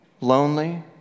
lonely